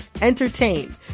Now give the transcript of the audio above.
entertain